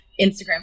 Instagram